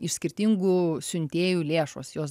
iš skirtingų siuntėjų lėšos jos